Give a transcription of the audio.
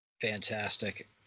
Fantastic